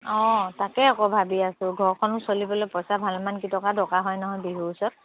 অঁ তাকে আকৌ ভাবি আছোঁ ঘৰখনো চলিবলৈ পইচা ভালেমান কেইটকা দৰকাৰ হয় নহয় বিহুৰ ওচৰত